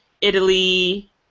Italy